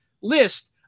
list